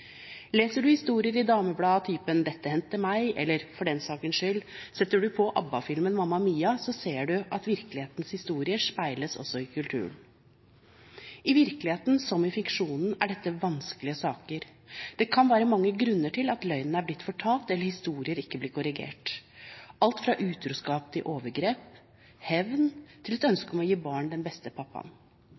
Leser du historier i dameblader av typen «dette hendte meg», eller for den saks skyld setter på ABBA-filmen «Mamma Mia!», ser du at virkelighetens historier speiles også i kulturen. I virkeligheten som i fiksjonen er dette vanskelige saker. Det kan være mange grunner til at løgnen er blitt fortalt eller historier ikke blir korrigert – alt fra utroskap til overgrep, fra hevn til et ønske om å gi barnet den beste pappaen.